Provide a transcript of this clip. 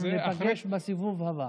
אנחנו ניפגש בסיבוב הבא.